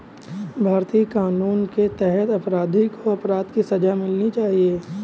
भारतीय कानून के तहत अपराधी को अपराध की सजा मिलनी चाहिए